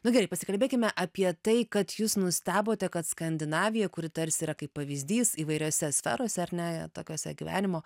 nu gerai pasikalbėkime apie tai kad jūs nustebote kad skandinavija kuri tarsi yra kaip pavyzdys įvairiose sferose ar ne tokiose gyvenimo